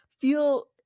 feel